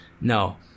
No